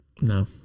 No